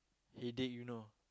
headache you know